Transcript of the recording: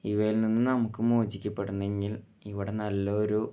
ഇവരിൽ നിന്ന് നമുക്ക് മോചിക്കപ്പെടണമെങ്കിൽ ഇവിട നല്ലൊരു